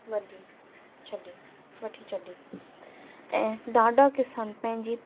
वॾी छॾी वठी छॾी ऐं ॾाढा किसान पंहिंजी